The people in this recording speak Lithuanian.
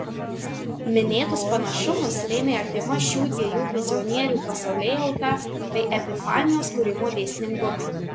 minėtus panašumus lėmė artima šių dviejų vizionierių pasaulėjauta bei epifanijos kūrimo dėsningumai